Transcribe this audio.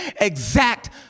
exact